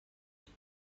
هزار